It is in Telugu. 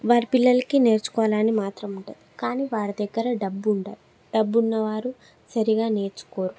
వారి పిల్లలకి నేర్చుకోవాలి అని మాత్రం ఉంటుంది కానీ వారి దగ్గర డబ్బు ఉండదు డబ్బున్న వారు సరిగ్గా నేర్చుకోరు